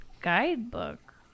guidebook